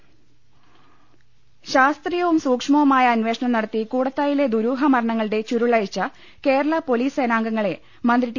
ദൃശ്ശിക്കും ശാസ്ത്രീയവും സൂക്ഷ്മവുമായ അന്വേഷണം നടത്തി കൂടത്തായിയിലെ ദുരൂഹ മരണങ്ങളുടെ ചുരുളഴിച്ച കേരള പൊലീസ് സേനാംഗങ്ങളെ മന്ത്രി ടി